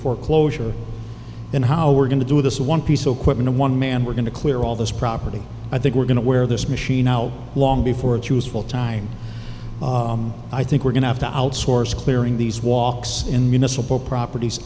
foreclosure and how we're going to do this one piece of equipment a one man we're going to clear all this property i think we're going to wear this machine out long before it's useful time i think we're going to have to outsource clearing these walks in municipal properties